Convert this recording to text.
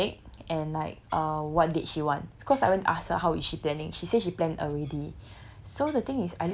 that she want to take and like uh what date she want cause I went to ask her how is she planning she said she plan already